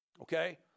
Okay